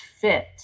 fit